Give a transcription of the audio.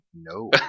No